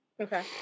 Okay